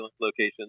location